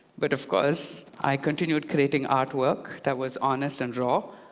but of course i continued creating artwork that was honest and raw,